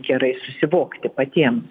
gerai susivokti patiems